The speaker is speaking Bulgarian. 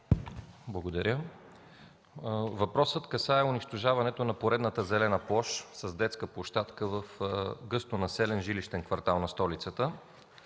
Благодаря. Въпросът касае унищожаването на поредната зелена площ с детска площадка в гъсто населен жилищен квартал на столицата